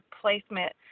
Placement